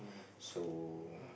so